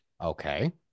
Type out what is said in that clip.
Okay